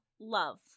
love